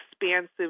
expansive